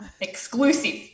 Exclusive